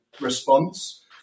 response